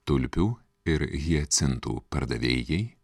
tulpių ir hiacintų pardavėjai